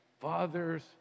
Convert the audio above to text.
father's